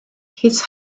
his